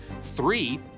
Three